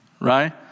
Right